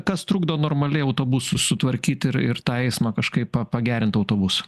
kas trukdo normaliai autobusus sutvarkyti ir ir tą eismą kažkaip pagerinti autobusų